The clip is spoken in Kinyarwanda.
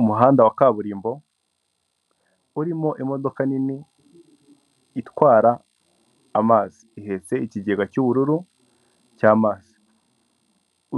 Umuhanda wa kaburimbo urimo imodoka nini itwara amazi, ihetse ikigega cy'ubururu cy'amazi.